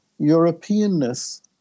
Europeanness